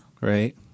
Right